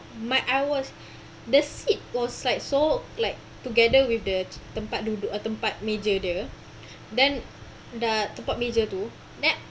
my I was the seat was like so like together with the the tempat duduk uh tempat meja dia then the tempat meja tu then